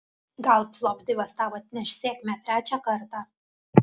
gal plovdivas tau atneš sėkmę trečią kartą